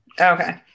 okay